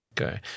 Okay